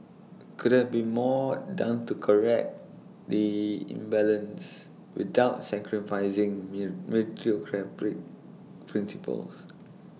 could have been more done to correct the imbalance without sacrificing mill meritocratic principles